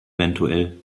evtl